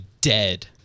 dead